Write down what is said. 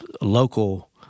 local